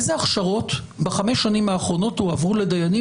איזה הכשרות בחמש השנים האחרונות הועברו לדיינים